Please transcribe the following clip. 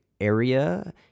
area